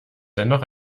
dennoch